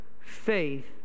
faith